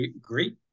great